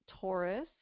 Taurus